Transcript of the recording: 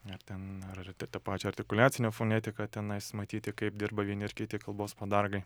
ar ten ar t tą pačią artikuliacinę fonetiką tenais matyti kaip dirba vieni ir kiti kalbos padargai